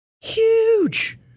huge